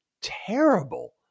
terrible